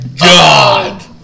god